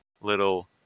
little